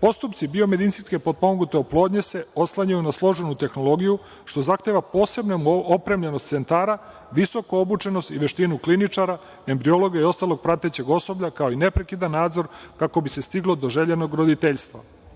Postupci biomedicinski potpomognute oplodnje, se oslanjaju na složenu tehnologiju što zahteva posebnu opremljenost centara, visoku obučenost i veštinu kliničara, embriologa i ostalog pratećeg osoblja, kao i neprekidan nadzor kako bi se stiglo do željenog roditeljstva. Osnovni